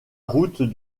route